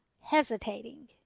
hesitating